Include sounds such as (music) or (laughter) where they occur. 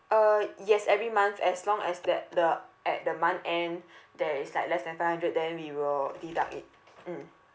uh yes every month as long as that the at the month end (breath) there is like less than five hundred then we will deduct it mm